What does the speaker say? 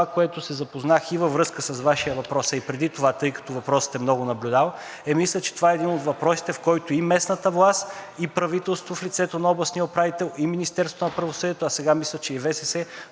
което се запознах, и във връзка с Вашия въпрос, а и преди това, тъй като въпросът е много наболял, мисля, че това е един от въпросите, в който и местната власт, и правителството, в лицето на областния управител и Министерството на правосъдието, а сега, мисля, че и ВСС